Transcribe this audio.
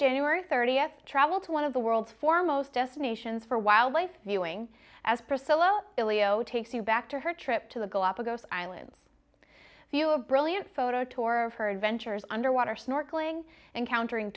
january thirtieth travel to one of the world's foremost destinations for wildlife healing as priscilla ileo takes you back to her trip to the galapagos islands you a brilliant photo tour of her adventures underwater snorkeling encountering